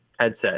headset